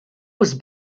was